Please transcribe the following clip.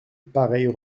pareilles